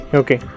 okay